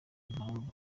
impamvu